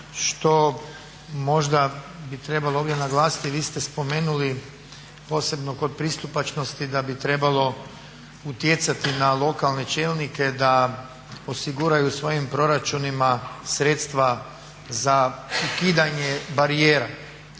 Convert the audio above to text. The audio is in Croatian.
što možda bi trebalo ovdje naglasiti, vi ste spomenuli posebno kod pristupačnosti da bi trebalo utjecati na lokalne čelnike da osiguraju u svojim proračunima sredstvima za ukidanje barijera